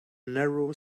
narrow